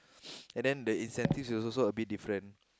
and then the incentives is also a bit different